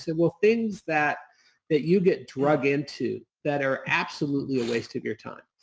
said, well, things that that you get drag into that are absolutely a waste of your time.